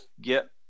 get